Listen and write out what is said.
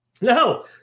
No